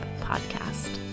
Podcast